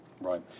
Right